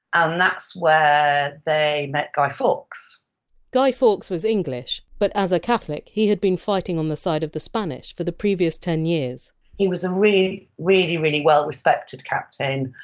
and that's where they met guy fawkes guy fawkes was english, but as a catholic he had been fighting on the side of the spanish for the previous ten years he was um a really, really well-respected captain,